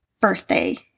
birthday